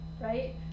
right